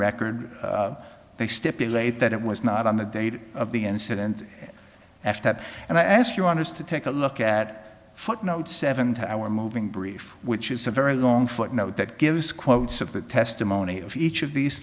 record they stipulate that it was not on the date of the incident after that and i ask you want us to take a look at footnote seven to our moving brief which is a very long footnote that gives quotes of the testimony of each of these